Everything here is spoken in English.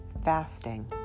fasting